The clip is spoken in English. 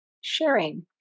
sharing